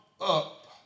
up